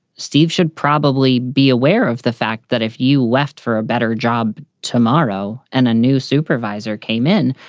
steve should probably be aware of the fact that if you left for a better job tomorrow and a new supervisor came in,